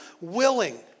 willing